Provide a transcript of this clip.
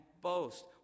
boast